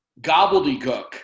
gobbledygook